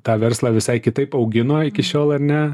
tą verslą visai kitaip augino iki šiol ar ne